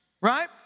right